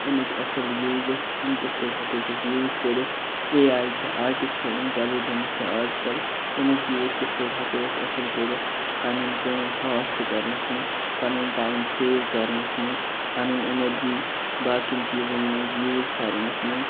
أمِکۍ اصٕل یوٗزٕس یِم کِتھ پٲٹھۍ ہیٚکہٕ ہوکھ أسۍ یوٗز کٔرِتھ اے آیے چھِ آٹِفِشَل اِنٹیٚلِجیٚنس چھِ آز کَل امیُک یوٗز کِتھ پٲٹھی ہیٚکَو أسۍ اصٕل کٔرِتھ پَنٛنٕۍ کٲم فاسٹہٕ کَرنَس منٛز پَنُن ٹایِم سیو کَرنَس منٛز پَننٕۍ ایٚنَرجی باقِیَن چیٖزَن منٛز یوٗز کَرنَس منٛز